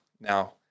now